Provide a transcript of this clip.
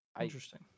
interesting